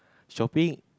shopping